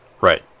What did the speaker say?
right